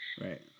right